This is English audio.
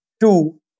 Two